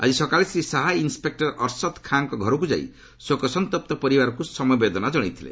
ଆଜି ସକାଳେ ଶ୍ରୀ ଶାହା ଇନ୍ସେକୁର ଅର୍ସଦ୍ ଖାଁଙ୍କ ଘରକୁ ଯାଇ ଶୋକସନ୍ତପ୍ତ ପରିବାରକୁ ସମବେଦନା ଜଣାଇଥିଲେ